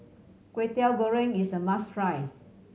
Kwetiau Goreng is a must try